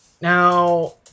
now